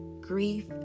grief